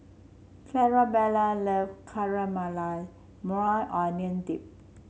Clarabelle love Caramelized Maui Onion Dip